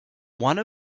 one